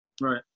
Right